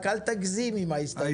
רק אל תגזים עם ההסתייגויות.